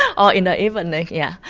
yeah or in the evening yeah